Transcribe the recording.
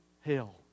hell